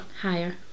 higher